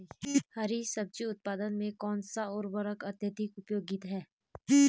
हरी सब्जी उत्पादन में कौन सा उर्वरक अत्यधिक उपयोगी है?